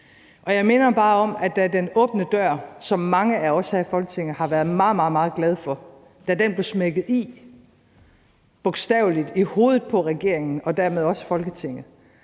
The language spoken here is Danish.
Og jeg minder bare om, at da den åbne dør, som mange af os her i Folketinget har været meget, meget glade for, blev smækket i – bogstavelig talt i hovedet på regeringen og dermed også Folketinget